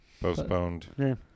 postponed